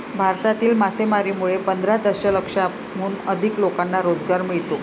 भारतातील मासेमारीमुळे पंधरा दशलक्षाहून अधिक लोकांना रोजगार मिळतो